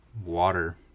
water